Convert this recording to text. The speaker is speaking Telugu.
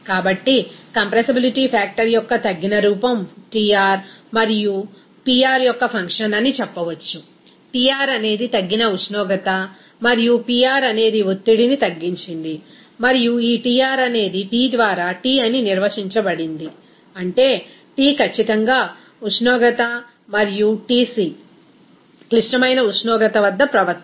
కాబట్టి కంప్రెసిబిలిటీ ఫ్యాక్టర్ యొక్క తగ్గిన రూపం Tr మరియు Pr యొక్క ఫంక్షన్ అని చెప్పవచ్చు Tr అనేది తగ్గిన ఉష్ణోగ్రత మరియు Pr అనేది ఒత్తిడిని తగ్గించింది మరియు ఈ Tr అనేది T ద్వారా T అని నిర్వచించబడింది అంటే T ఖచ్చితంగా ఉష్ణోగ్రత మరియు Tc క్లిష్టమైన ఉష్ణోగ్రత వద్ద ప్రవర్తన